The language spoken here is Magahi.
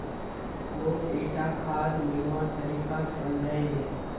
मौक ईटा खाद मिलव्वार तरीका समझाइ दे